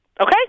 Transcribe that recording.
Okay